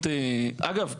אגב,